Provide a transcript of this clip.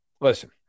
listen